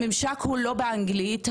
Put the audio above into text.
הממשק לא באנגלית,